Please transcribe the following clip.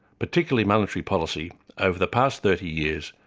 particularly monetary policy over the past thirty years,